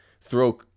throw